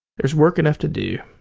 there's work enough to do